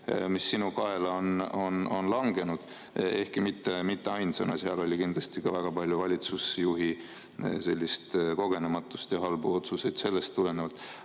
mis sinu kaela on langenud. Ehkki mitte sulle ainsana, seal oli kindlasti väga palju valitsusjuhi kogenematust ja halbu otsuseid sellest tulenevalt. Aga